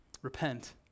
Repent